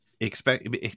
Expect